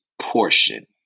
portion